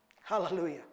hallelujah